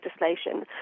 legislation